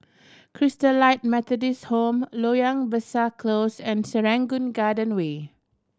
Christalite Methodist Home Loyang Besar Close and Serangoon Garden Way